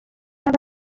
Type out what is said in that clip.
yaba